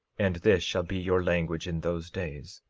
and this shall be your language in those days.